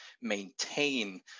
maintain